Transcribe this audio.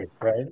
right